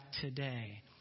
today